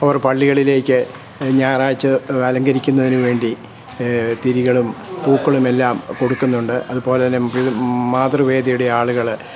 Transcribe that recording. അവർ പള്ളികളിലേക്ക് ഞായറാഴ്ച്ച അലങ്കരിക്കുന്നതിനു വേണ്ടി തിരികളും പൂക്കളുമെല്ലാം കൊടുക്കുന്നുണ്ട് അതുപോലെ തന്നെ മാതൃവേദിയുടെ ആളുകൾ